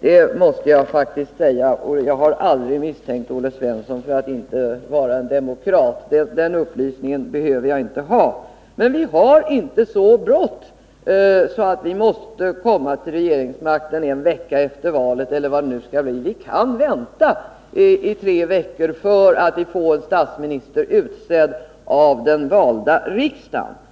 regeringar. Jag har aldrig misstänkt Olle Svensson för att inte vara demokrat. På den punkten behöver jag inte upplysas. Det är emellertid inte så bråttom med att bilda en ny regering. Den behöver inte tillsättas en vecka eller så efter valet. Vi kan gott vänta tre 23 veckor med att låta den valda riksdagen utse en ny statsminister.